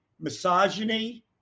misogyny